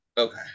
okay